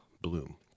Bloom